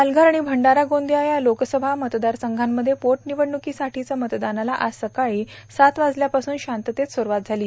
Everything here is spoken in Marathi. पालघर आणि भंडारा गोंदिया या लोकसभा मतदारसंघामध्ये पोटनिवडणुकीसाठी मतदानाला आज सकाळी सात वाजल्यापासून शांततेत सुरूवात झाली